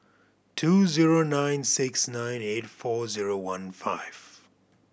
two zero nine six nine eight four zero one five